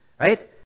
right